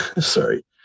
sorry